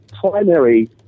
primary